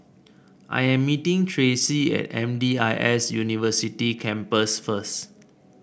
I'm meeting Tracey at M D I S University Campus first